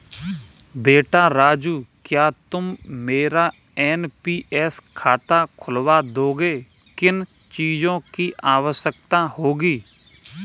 बेटा राजू क्या तुम मेरा एन.पी.एस खाता खुलवा दोगे, किन चीजों की आवश्यकता होगी?